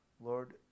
Lord